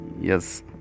Yes